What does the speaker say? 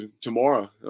tomorrow